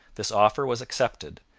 this offer was accepted,